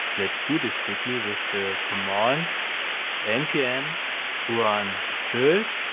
let's do this quickly with the command npm run build,